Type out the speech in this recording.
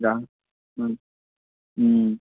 যাম